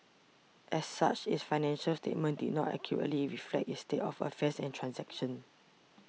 as such its financial statements did not accurately reflect its state of affairs and transactions